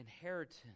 inheritance